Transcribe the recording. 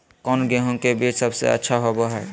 कौन गेंहू के बीज सबेसे अच्छा होबो हाय?